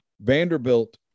Vanderbilt